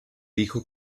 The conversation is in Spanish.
dijo